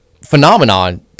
phenomenon